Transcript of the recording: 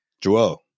Joel